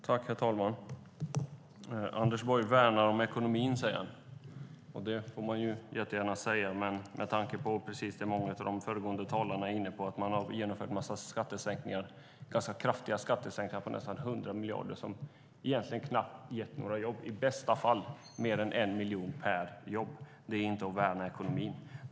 Herr talman! Anders Borg säger att han värnar om ekonomin. Det får han gärna säga, men precis som många av de föregående talarna varit inne på har man har genomfört en massa skattesänkningar - ganska kraftiga sådana - på nästan 100 miljarder. De har knappt gett några jobb. I bästa fall kostar detta mer än 1 miljon per jobb. Det är inte att värna ekonomin.